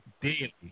daily